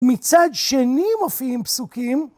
מצד שני מופיעים פסוקים.